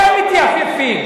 אתם מתייפייפים.